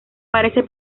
parece